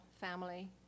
family